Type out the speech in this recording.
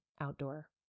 outdoor